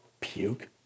Puke